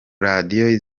radiyo